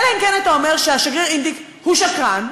אלא אם כן אתה אומר שהשגריר אינדיק הוא שקרן,